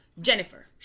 Jennifer